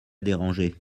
dérangé